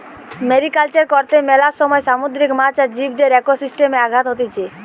mariculture কর্তে মেলা সময় সামুদ্রিক মাছ আর জীবদের একোসিস্টেমে আঘাত হতিছে